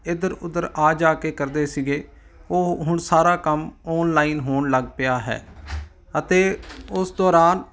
ਇੱਧਰ ਉੱਧਰ ਆ ਜਾ ਕੇ ਕਰਦੇ ਸੀਗੇ ਉਹ ਹੁਣ ਸਾਰਾ ਕੰਮ ਆਨਲਾਈਨ ਹੋਣ ਲੱਗ ਪਿਆ ਹੈ ਅਤੇ ਉਸ ਦੌਰਾਨ